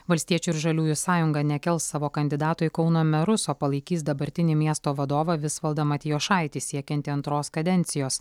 valstiečių ir žaliųjų sąjunga nekels savo kandidato į kauno merus o palaikys dabartinį miesto vadovą visvaldą matijošaitį siekiantį antros kadencijos